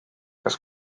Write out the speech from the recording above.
kas